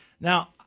Now